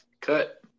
Cut